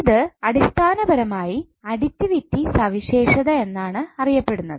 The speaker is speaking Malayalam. ഇത് അടിസ്ഥാനപരമായി അടിറ്റിവിറ്റി സവിശേഷത എന്നാണ് അറിയപ്പെടുന്നത്